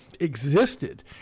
existed